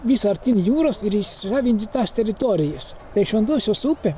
vis artyn jūros ir įsisavinti tas teritorijas tai šventosios upė